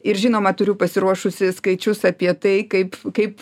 ir žinoma turiu pasiruošusi skaičius apie tai kaip kaip